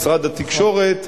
משרד התקשורת,